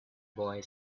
boy